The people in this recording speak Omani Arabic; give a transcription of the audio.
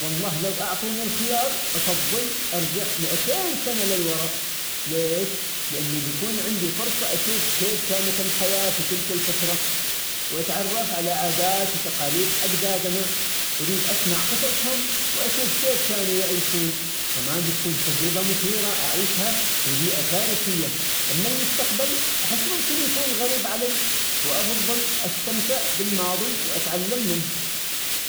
والله لو أعطوني الخيار أفضل أرجع مائتين سنة للوره، ليش؟ لأنه بيكون عندي فرصة أشوف كيف كانت الحياة في تلك الفترة، وأتعرف على عادات وتقاليد أجدادنا، أريد أسمع قصصهم وأشوف كيف كانوا يعيشون، كمان بتكون تجربة مثيرة أعيشها في بيئة تاريخية، أما المستقبل أحس ممكن يكون غريب علي، وأفضل أستمتع بالماضي وأتعلم منه.